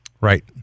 Right